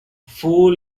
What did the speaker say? fool